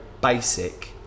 basic